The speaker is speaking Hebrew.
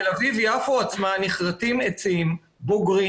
בתל אביב-יפו עצמה נכרתים עצים בוגרים